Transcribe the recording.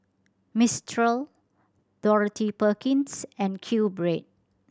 Mistral Dorothy Perkins and QBread